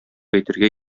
әйтергә